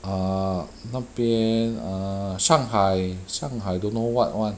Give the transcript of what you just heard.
uh 那边 err 上海上海 don't know what [one]